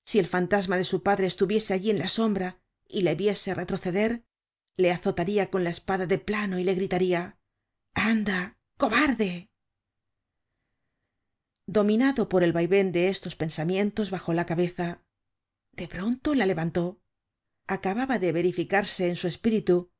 si el fantasma de su padre estuviese allí en la sombra y le viese retroceder le azotaria con la espada de plano y le gritaria anda cobarde dominado por el vaiven de estos pensamientos bajó la cabeza de pronto la levantó acababa de verificarse en su espíritu